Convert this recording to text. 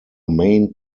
main